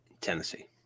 Tennessee